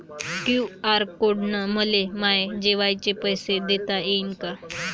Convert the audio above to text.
QR code न मले माये जेवाचे पैसे देता येईन का?